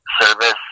service